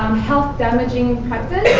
health-damaging practice,